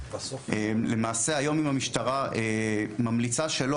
למעשה היום אם המשטרה ממליצה שלא,